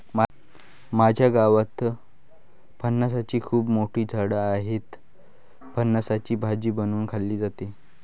माझ्या गावात फणसाची खूप मोठी झाडं आहेत, फणसाची भाजी बनवून खाल्ली जाते